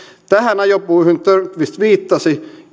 tähän ajopuuhun törnqvist viittasi